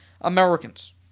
Americans